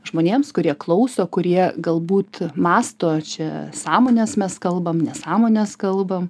žmonėms kurie klauso kurie galbūt mąsto čia sąmones mes kalbam nesąmones kalbam